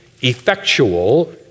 effectual